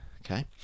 Okay